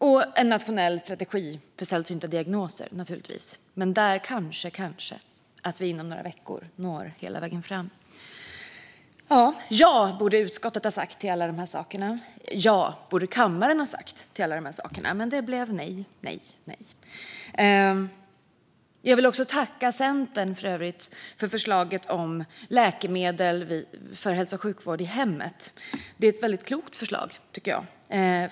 Och det behövs en nationell strategi när det gäller sällsynta diagnoser, men där kanske vi når hela vägen fram inom några veckor. Ja borde utskottet ha sagt till alla dessa saker. Ja borde kammaren ha sagt till alla de här sakerna. Men det blev nej, nej, nej. Jag vill för övrigt också tacka Centern för förslaget om läkemedel för hälso och sjukvård i hemmet. Det är ett väldigt klokt förslag, tycker jag.